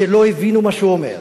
שלא הבינו מה שהוא אומר,